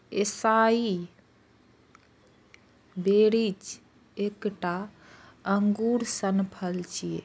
एसाई berries एकटा अंगूर सन फल छियै